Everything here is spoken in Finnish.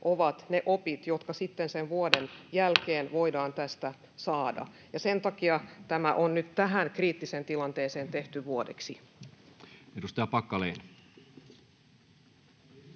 ovat ne opit, jotka sitten sen vuoden jälkeen voidaan tästä saada. Sen takia tämä on nyt tähän kriittiseen tilanteeseen tehty vuodeksi. Edustaja Packalén.